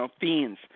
fiends